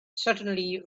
certainly